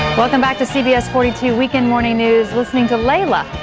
welcome back to cbs forty two weekend morning news, listening to layla,